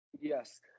Yes